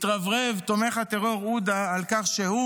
התרברב תומך הטרור עודה על כך שהוא